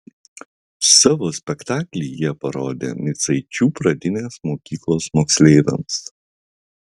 savo spektaklį jie parodė micaičių pradinės mokyklos moksleiviams